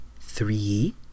three